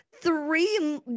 three